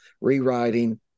rewriting